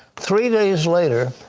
three days later,